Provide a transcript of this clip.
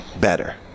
better